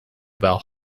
bell